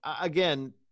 again